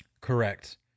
correct